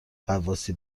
غواصی